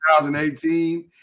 2018